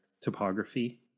topography